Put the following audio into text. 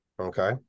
Okay